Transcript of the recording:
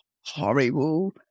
horrible